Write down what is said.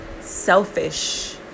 selfish